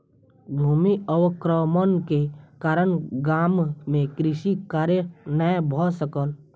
भूमि अवक्रमण के कारण गाम मे कृषि कार्य नै भ सकल